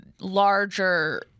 larger